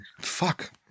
fuck